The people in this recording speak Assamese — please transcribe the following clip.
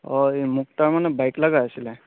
অ' এই মোক তাৰমানে বাইক লগা হৈছিলে